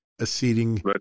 acceding